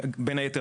בין היתר,